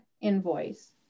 invoice